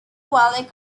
valle